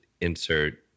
insert